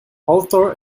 author